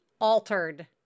altered